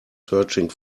searching